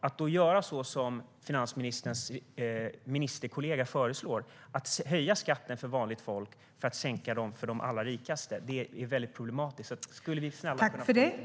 Att då göra som finansministerns ministerkollega föreslår, att höja skatten för vanligt folk och sänka den för de allra rikaste, är problematiskt. Skulle vi kunna få ett besked, finansministern?